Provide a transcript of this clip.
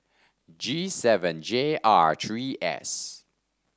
G seven J R three S